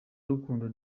rukundo